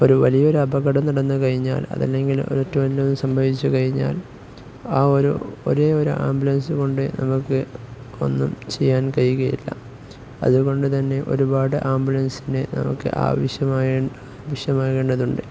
ഒരു വലിയൊരു അപകടം നടന്നുകഴിഞ്ഞാൽ അതല്ലെങ്കിൽ മറ്റുവല്ലതും സംഭവിച്ചുകഴിഞ്ഞാൽ ആ ഒരേയൊരു ആംബുലൻസ് കൊണ്ട് നമുക്ക് ഒന്നും ചെയ്യാൻ കഴിയുകയില്ല അതുകൊണ്ട് തന്നെ ഒരുപാട് ആംബുലൻസിന് നമുക്ക് ആവശ്യമായുണ്ട്